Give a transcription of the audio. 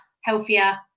healthier